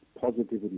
positivity